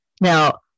Now